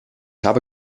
habe